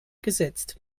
gesetzt